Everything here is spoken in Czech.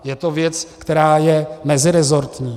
Je to věc, která je meziresortní.